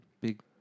big